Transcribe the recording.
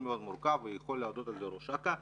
יכול להודות בזה ראש אכ"א.